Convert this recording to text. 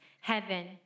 heaven